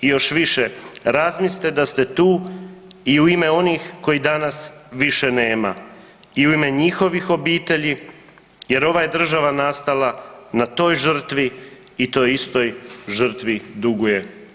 Još više, razmislite da ste tu i u ime onih kojih danas više nema i u ime njihovih obitelji jer ova je država nastala na toj žrtvi i toj istoj žrtvi duguje.